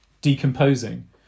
decomposing